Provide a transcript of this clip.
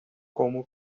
como